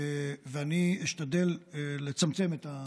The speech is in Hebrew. ואני אשתדל להדביק את הפער.